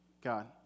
God